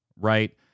right